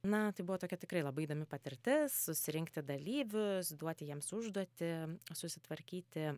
na tai buvo tokia tikrai labai įdomi patirtis susirinkti dalyvių duoti jiems užduotį susitvarkyti